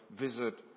visit